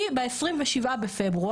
ב-27.02,